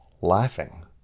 laughing